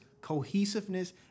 cohesiveness